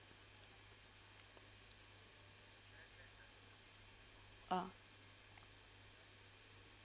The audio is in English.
ah